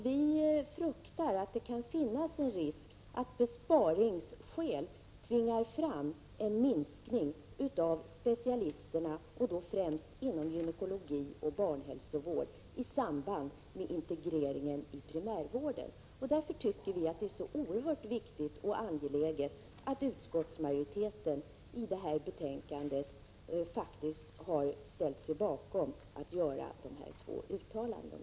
Vi fruktar att det kan finnas en risk att besparingshänsyn tvingar fram en minskning av specialisterna, främst inom gynekologi och barnhälsovård i samband med integreringen i primärvården. Därför tycker vi det är viktigt och angeläget att utskottsmajoriteten i det här betänkandet faktiskt har gjort uttalanden på dessa två punkter.